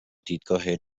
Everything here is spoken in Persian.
دیدگاه